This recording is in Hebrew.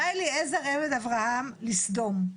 בא אליעזר עבד אברהם לסדום.